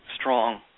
strong